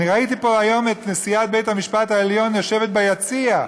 אני ראיתי פה היום את נשיאת בית המשפט העליון יושבת ביציע.